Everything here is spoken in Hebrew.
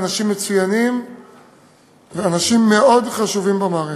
אנשים מצוינים ואנשים מאוד חשובים במערכת.